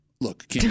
Look